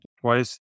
twice